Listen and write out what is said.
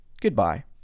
Goodbye